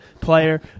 player